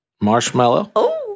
Marshmallow